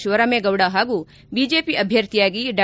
ಶಿವರಾಮೇಗೌಡ ಹಾಗೂ ಬಿಜೆಪಿ ಅಭ್ಯರ್ಥಿಯಾಗಿ ಡಾ